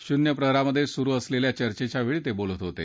शून्य प्रहरात सुरू असलेल्या चर्चेच्या वेळी ते बोलत होते